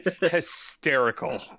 hysterical